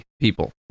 people